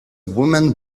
woman